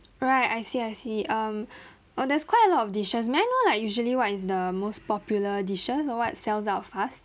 alright I see I see um oh there's quite a lot of dishes may I know like usually what is the most popular dishes or what sells out fast